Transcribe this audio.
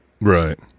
right